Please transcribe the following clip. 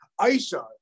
Aisha